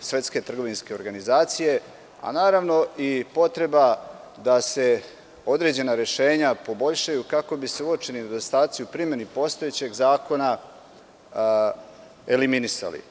Svetske trgovinske organizacije, a naravno, i potreba da se određena rešenja poboljšaju, kako bi se uočeni nedostaci u primeni postojećeg zakona eliminisali.